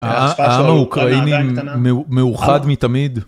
העם האוקראיני מאוחד מתמיד.